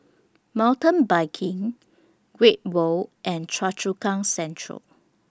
Mountain Biking Great World and Choa Chu Kang Central